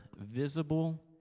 visible